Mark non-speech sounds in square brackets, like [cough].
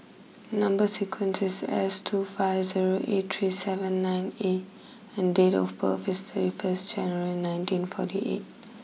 number [unintelligible] is S two five zero eight three seven nine A and date of birth is thirty first January nineteen forty eight